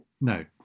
No